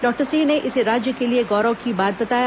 doctor Singh ने इसे राज्य के लिए गौरव की बात बताया